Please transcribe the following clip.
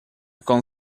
con